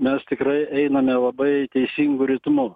mes tikrai einame labai teisingu ritmu